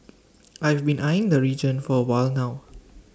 I've been eyeing the region for A while now